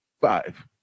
five